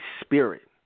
spirit